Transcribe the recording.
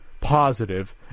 positive